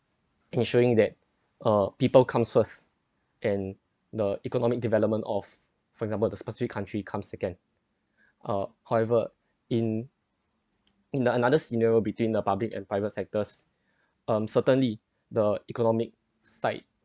ensuring that uh people comes first and the economic development of for example the specific country come second uh however in in another scenario between the public and private sectors um certainly the economic side